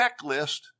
checklist